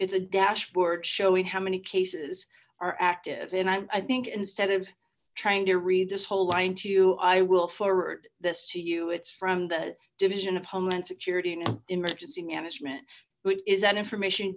it's a dashboard showing how many case is are active and i think instead of trying to read this whole line to you i will forward this to you it's from the division of homeland security and emergency management what is that information